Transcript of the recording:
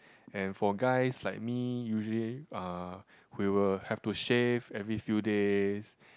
and for guys like me usually uh we will have to shave every few days